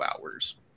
hours